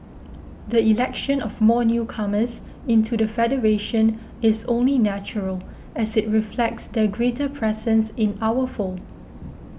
the election of more newcomers into the federation is only natural as it reflects their greater presence in our fold